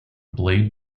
blade